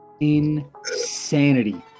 insanity